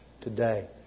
today